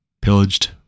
pillaged